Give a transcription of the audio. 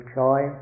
joy